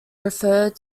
referred